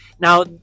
Now